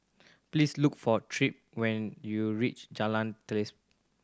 please look for Tripp when you reach Jalan Selaseh